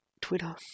Twitter